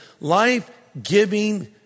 Life-giving